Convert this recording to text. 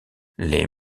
les